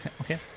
okay